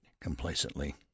complacently